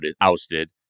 ousted